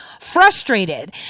frustrated